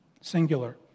singular